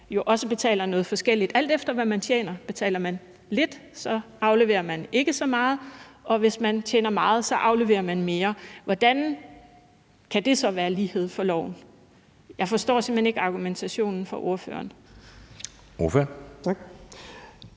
jo også noget forskelligt, alt efter hvad man tjener. Hvis man tjener lidt, afleverer man ikke så meget, og hvis man tjener meget, afleverer man mere. Hvordan kan det så være lighed for loven? Jeg forstår simpelt hen ikke argumentationen fra ordføreren.